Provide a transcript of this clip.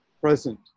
present